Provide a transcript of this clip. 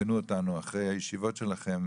תעדכנו אותנו אחרי הישיבות שלכם,